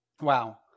Wow